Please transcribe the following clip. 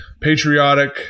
patriotic